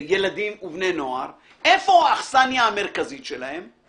בילדים ובני נוער, איפה האכסניה המרכזית שלהם?